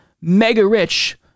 mega-rich